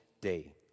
day